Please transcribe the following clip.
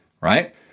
right